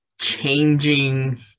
changing